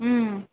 ம்